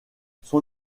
son